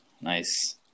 Nice